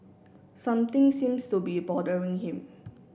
something seems to be bothering him